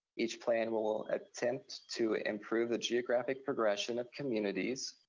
each plan will will attempt to improve the geographic progression of communities.